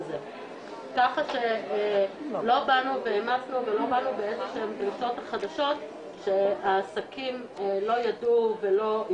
הקנאביס אחרי כמה דיונים שעשינו פה בהקשרים רחבים יותר של